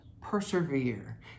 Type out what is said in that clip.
Persevere